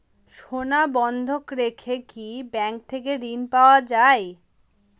সোনা বন্ধক রেখে কি ব্যাংক থেকে ঋণ পাওয়া য়ায়?